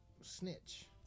snitch